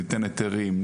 ניתן היתרים,